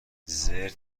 زرت